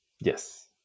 Yes